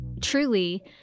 truly